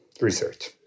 research